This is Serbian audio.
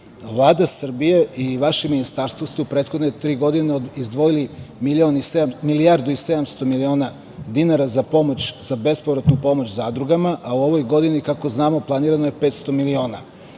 Srbije i vaše Ministarstvo, ste u prethodne tri godine izdvojili milijardu i 700 miliona dinara za bespovratnu pomoć zadrugama, a u ovoj godini kako znamo planirano je 500 miliona